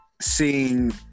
seeing